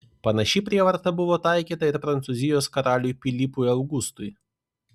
panaši prievarta buvo taikyta ir prancūzijos karaliui pilypui augustui